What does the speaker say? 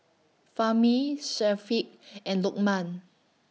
Fahmi Syafiq and Lokman